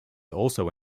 also